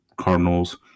Cardinals